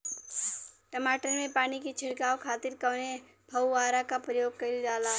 टमाटर में पानी के छिड़काव खातिर कवने फव्वारा का प्रयोग कईल जाला?